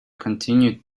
continued